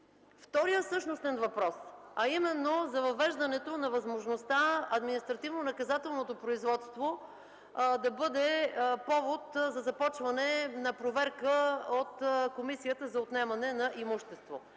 Вторият същностен въпрос е за въвеждането на възможността административнонаказателното производство да бъде повод за започване на проверка от Комисията за отнемане на имущество.